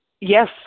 Yes